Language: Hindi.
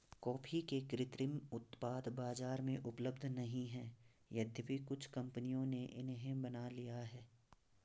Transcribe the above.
कॉफी के कृत्रिम उत्पाद बाजार में उपलब्ध नहीं है यद्यपि कुछ कंपनियों ने इन्हें बना लिया है